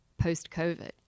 post-COVID